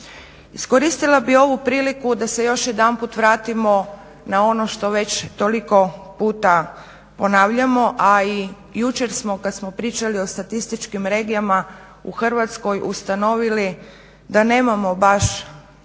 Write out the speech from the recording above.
Iskoristila bih ovu priliku da se još jedanput vratimo na ono što već toliko puta ponavljamo, a i jučer smo kad smo pričali o statističkim regijama u Hrvatskoj ustanovili da nemamo baš